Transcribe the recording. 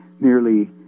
nearly